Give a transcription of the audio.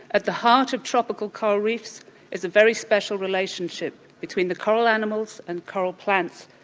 at the heart of tropical coral reefs is a very special relationship between the coral animals and coral plants.